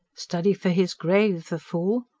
study for his grave, the fool!